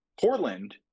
Portland